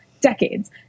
Decades